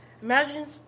Imagine